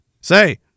say